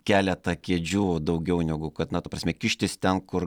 keletą kėdžių daugiau negu kad na ta prasme kištis ten kur